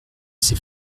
ces